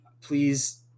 please